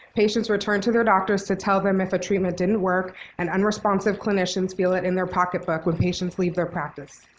patients returned to their doctors to tell them if a treatment didn't work and unresponsive clinicians fill it in their pocketbook with patients leave their practice.